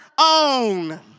own